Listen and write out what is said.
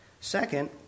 Second